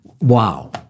wow